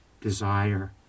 desire